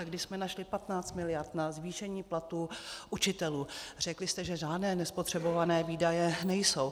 Když jsme našli 15 miliard na zvýšení platů učitelů, řekli jste, že žádné nespotřebované výdaje nejsou.